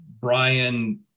Brian